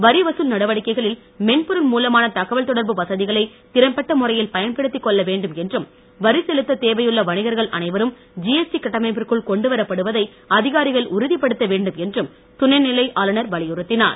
வரி வசூல் நடவடிக்கைகளில் மென்பொருள் மூலமான தகவல் தொடர்பு வசதிகளை திறம்பட்ட முறையில் பயன்படுத்தி கொள்ள வேண்டும் என்றும் வரிச் செலுத்த தேவையுள்ள வணிகர்கள் அனைவரும் ஜிஎஸ்டி கட்டமைப்பிற்குள் கொண்டுவரப்படுவதை அதிகாரிகள் உறுதிப்படுத்த வேண்டும் என்றும் துணைநிலை ஆளுநர் வலியுறுத்தினார்